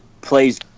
plays